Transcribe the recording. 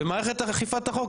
ומערכת אכיפת החוק,